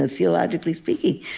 ah theologically speaking,